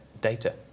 data